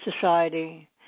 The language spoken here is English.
society